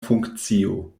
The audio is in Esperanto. funkcio